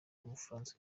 w’umufaransa